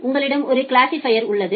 உங்களிடம் ஒரு கிளாசிபைர் உள்ளது